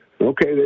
Okay